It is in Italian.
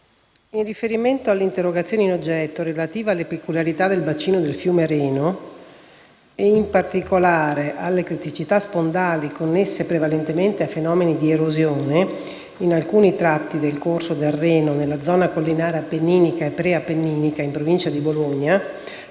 in riferimento all'interrogazione in oggetto relativa alle peculiarità del bacino del fiume Reno, e in particolare alle criticità spondali connesse prevalentemente a fenomeni di erosione in alcuni tratti del corso del Reno nella zona collinare appenninica e preappenninica in Provincia di Bologna,